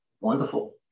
Wonderful